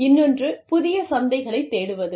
இன்னொன்று புதிய சந்தைகளைத் தேடுவது